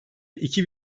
iki